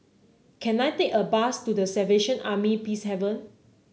can I take a bus to The Salvation Army Peacehaven